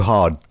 Hard